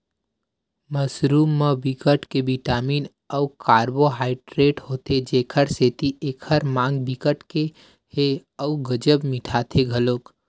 mushroom म बिकट के बिटामिन अउ कारबोहाइडरेट होथे जेखर सेती एखर माग बिकट के ह अउ गजब मिटाथे घलोक